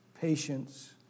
patience